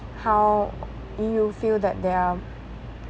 how do you feel that there are